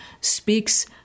speaks